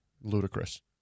Ludicrous